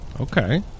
Okay